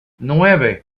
nueve